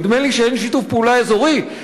נדמה לי שאין שיתוף פעולה אזורי,